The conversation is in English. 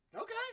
Okay